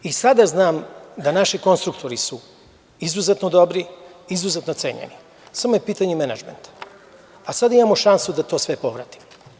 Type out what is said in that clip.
I sada znam da su naši konstruktori izuzetno dobri, izuzetno cenjeni, samo je pitanje menadžmenta, a sada imamo šansu da sve to pokrenemo.